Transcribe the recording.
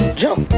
jump